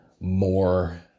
more